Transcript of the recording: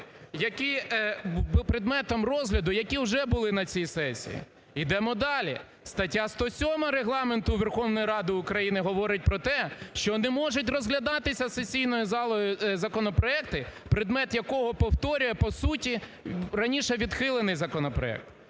які… предметом розгляду які вже бути на цій сесії. Йдемо далі. Стаття 107 Регламенту Верховної Ради України говорить про те, що не можуть розглядатися сесійною залою законопроекти, предмет якого повторює по суті раніше відхилений законопроект.